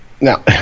now